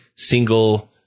single